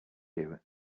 you